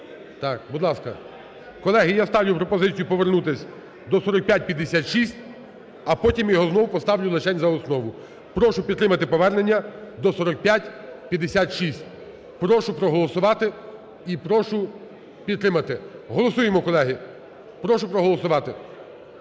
Так, будь ласка. Колеги, я ставлю пропозицію повернутися до 4556, а потім його знов поставлю лишень за основу. Прошу підтримати повернення до 4556. Прошу проголосувати і прошу підтримати. Голосуємо, колеги. Прошу проголосувати.